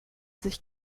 sich